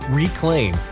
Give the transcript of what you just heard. reclaim